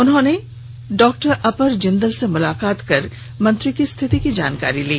उन्होंने डॉक्टर अपर जिंदल से मुलाकात कर मंत्री की स्थिति की जानकारी ली